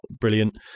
brilliant